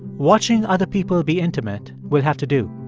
watching other people be intimate will have to do.